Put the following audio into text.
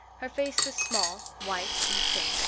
her face was small, white and thin,